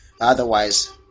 Otherwise